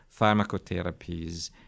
pharmacotherapies